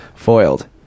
foiled